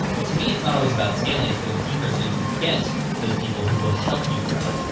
but to me, it's not always about scaling. it's going deeper so you can get those people who will help you grow,